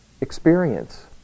experience